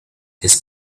his